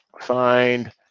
find